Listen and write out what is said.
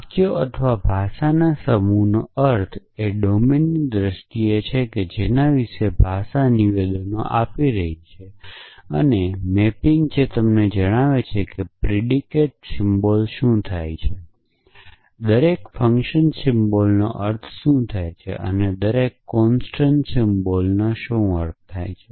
વાક્યો અથવા ભાષાના સમૂહનો અર્થ એ ડોમેનની દ્રષ્ટિએ છે કે જેની વિશે ભાષા નિવેદનો આપી રહી છે અને મેપિંગ જે તમને જણાવે છે કે પ્રિડીકેટ સિમ્બોલ શું થાય છે દરેક ફંકશન સિમ્બોલનો અર્થ શું છે અને દરેક કોન્સટંટ સિમ્બોલનો અર્થ શું છે